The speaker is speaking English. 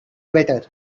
better